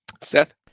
Seth